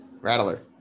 Rattler